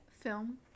film